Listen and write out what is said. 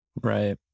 Right